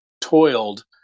toiled